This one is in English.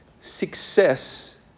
success